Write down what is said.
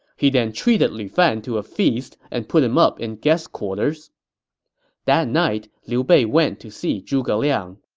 he then treated lu fan to a feast and put him up in guest quarters that night, liu bei went to see zhuge liang